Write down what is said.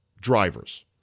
drivers